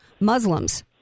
Muslims